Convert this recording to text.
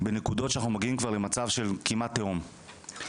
בנקודות שאנחנו מגיעים כבר למצב של כמעט תהום,